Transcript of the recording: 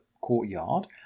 courtyard